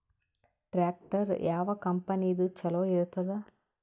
Tractor ಯಾವ ಕಂಪನಿದು ಚಲೋ ಇರತದ?